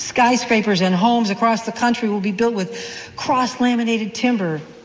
skyscrapers and homes across the country will be built with cross laminated timber,